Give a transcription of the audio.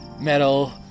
metal